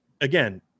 again